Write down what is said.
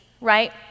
right